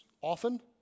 often